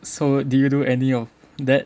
so did you do any of that